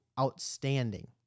outstanding